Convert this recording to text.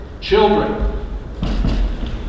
children